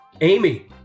Amy